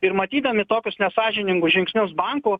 ir matydami tokius nesąžiningus žingsnius bankų